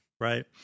right